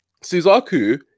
Suzaku